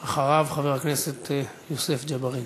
אחריו, חבר הכנסת יוסף ג'בארין.